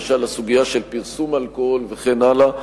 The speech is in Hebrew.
למשל הסוגיה של פרסום אלכוהול וכן הלאה.